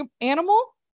animal